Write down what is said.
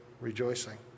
rejoicing